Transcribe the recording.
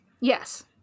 Yes